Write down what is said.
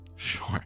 sure